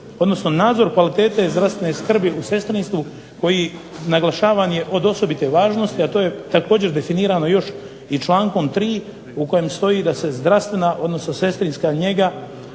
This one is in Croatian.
odnosno nadzor kvalitete zdravstvene skrbi u sestrinstvu koji naglašavan je od osobite važnosti, a to je također definirano još i člankom 3. u kojem stoji da se zdravstvena odnosno sestrinska njega,